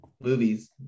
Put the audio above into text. movies